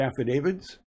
affidavits